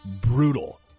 Brutal